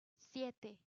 siete